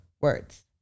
words